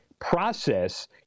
process